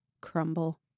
crumble